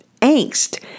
angst